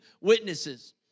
witnesses